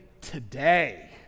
today